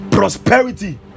prosperity